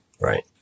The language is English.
Right